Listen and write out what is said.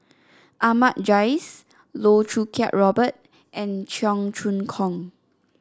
Ahmad Jais Loh Choo Kiat Robert and Cheong Choong Kong